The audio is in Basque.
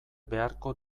beharko